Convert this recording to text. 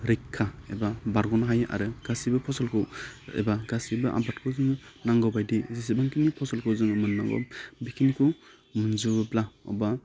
रैखा एबा बारग'नो हायो आरो गासैबो फसलखौ एबा गासैबो आबादखौ जोङो नांगौबायदियै जिसिबांखि फसलखौ जों मोननांगौ बेखिनिखौ मोनजोबोब्ला अब्ला